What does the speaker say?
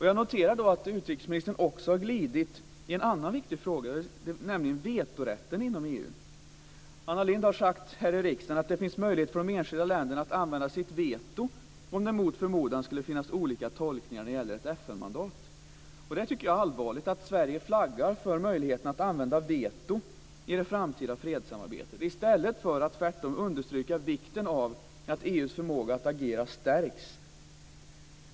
Jag noterar att utrikesministern glidit också i en annan viktig fråga, nämligen vetorätten inom EU. Anna Lindh har här i riksdagen sagt: "Det finns möjlighet för de enskilda länderna att använda sitt veto om det mot förmodan skulle finnas olika tolkningar när det gäller ett FN-mandat." Jag tycker att det är allvarligt att Sverige flaggar för möjligheten att använda sitt veto i det framtida fredssamarbetet, i stället för att tvärtom understryka vikten av att EU:s förmåga att agera stärks.